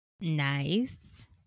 Nice